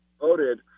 voted